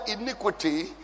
iniquity